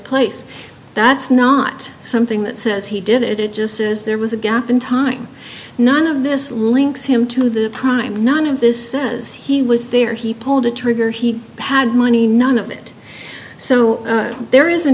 place that's not something that says he did it it just says there was a gap in time none of this links him to the time none of this says he was there he pulled the trigger he had money none of it so there isn't